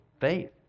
faith